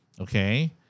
Okay